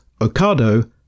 Ocado